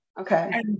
Okay